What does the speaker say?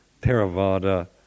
Theravada